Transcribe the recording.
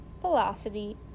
velocity